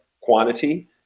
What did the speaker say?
quantity